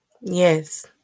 Yes